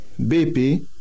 BP